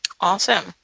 Awesome